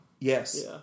Yes